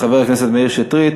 של חבר הכנסת מאיר שטרית.